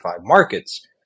markets